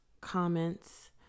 comments